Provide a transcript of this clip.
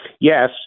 Yes